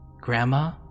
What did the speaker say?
grandma